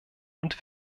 und